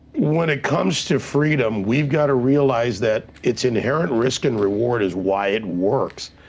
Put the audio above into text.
when it comes to freedom, we've got to realize that its inherent risk and reward is why it works